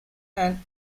and